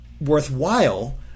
worthwhile